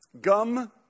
Gum